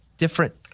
different